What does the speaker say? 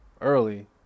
early